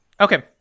okay